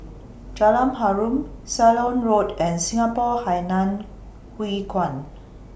Jalan Harum Ceylon Road and Singapore Hainan Hwee Kuan